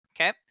Okay